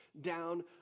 down